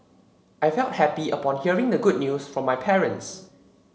I felt happy upon hearing the good news from my parents